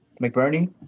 McBurney